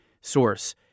source